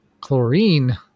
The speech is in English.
Chlorine